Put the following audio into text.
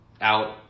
out